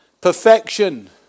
perfection